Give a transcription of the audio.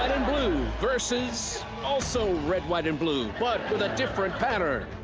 blue versus also red, white and blue but with a different pattern.